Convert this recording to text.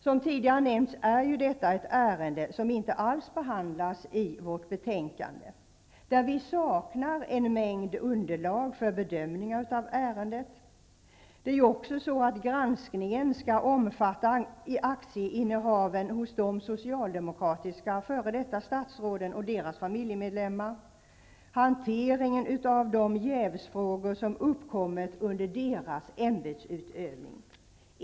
Som tidigare har nämnts är det ett ärende som inte behandlas i betänkandet. Det saknas en mängd underlag för att kunna bedöma ärendet. Granskningen skall omfatta aktieinnehaven hos de f.d. socialdemokratiska statsråden och deras familjemedlemmar och hanteringen av de jävsfrågor som uppkommit under deras ämbetsutövning.